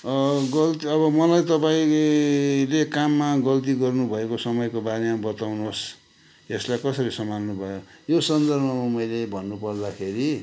गल्ती अब मलाई तपाईँले काममा गल्ती गर्नुभएको समयको बारेमा बताउनुहोस् यसलाई कसरी सम्हाल्नुभयो यो सन्दर्भमा मैले भन्नुपर्दाखेरि